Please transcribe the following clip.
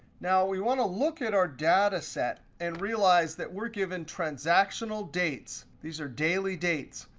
now, we want to look at our data set and realize that we're given transactional dates. these are daily dates.